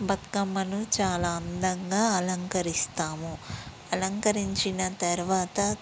బతుకమ్మను చాలా అందంగా అలంకరిస్తాము అలంకరించిన తర్వాత